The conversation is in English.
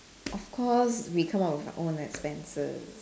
of course we come out with our own expenses